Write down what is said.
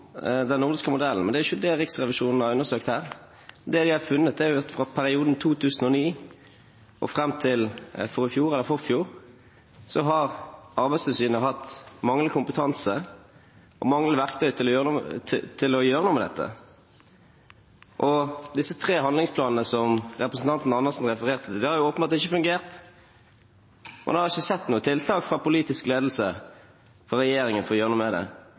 de har funnet, er at i perioden 2009–2015 har Arbeidstilsynet hatt manglende kompetanse og manglende verktøy til å gjøre noe med dette. De tre handlingsplanene som representanten Andersen refererte til, har åpenbart ikke fungert, og man har ikke sett noe tiltak fra politisk ledelse og regjeringen for å gjøre noe med det